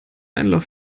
einlauf